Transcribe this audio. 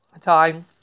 time